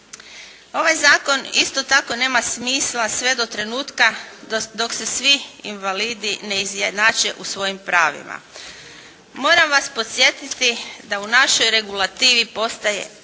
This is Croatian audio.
Ovaj zakon isto tako nema smisla sve do trenutka dok se svi invalidi ne izjednače u svojim pravima. Moram vas podsjetiti da u našoj regulativi postoji preko